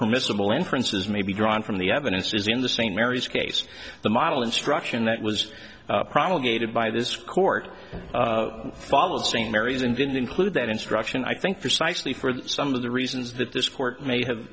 permissible entrances may be drawn from the evidence is in the st mary's case the model instruction that was promulgated by this court followed st mary's and didn't include that instruction i think precisely for some of the reasons that this court may have